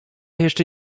jeszcze